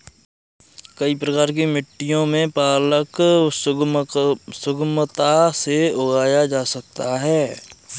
कई प्रकार की मिट्टियों में पालक सुगमता से उगाया जा सकता है